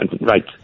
right